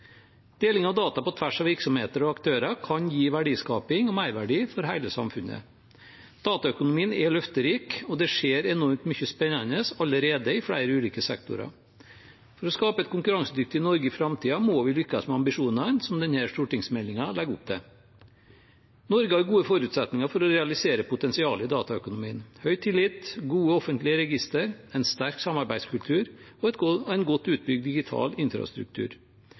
Deling av data på tvers av virksomheter og aktører kan gi verdiskaping og merverdi for hele samfunnet. Dataøkonomien er løfterik, og det skjer allerede enormt mye spennende i flere ulike sektorer. For å skape et konkurransedyktig Norge i framtiden må vi lykkes med ambisjonene som denne stortingsmeldingen legger opp til. Norge har gode forutsetninger for å realisere potensialet i dataøkonomien: høy tillit, gode offentlige registre, en sterk samarbeidskultur og en godt utbygd digital infrastruktur.